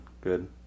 good